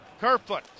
Kerfoot